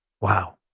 Wow